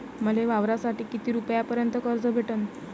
मले वावरासाठी किती रुपयापर्यंत कर्ज भेटन?